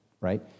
right